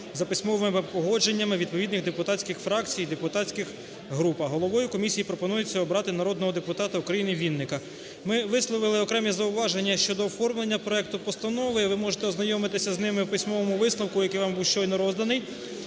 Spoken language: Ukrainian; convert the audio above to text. за письмовими погодженнями відповідних депутатських фракцій і депутатських груп. А головою комісії пропонується обрати народного депутата України Вінника. Ми висловили окремі зауваження щодо оформлення проекту постанови. Ви можете ознайомитися з ними у письмовому висновку, який вам був щойно розданий.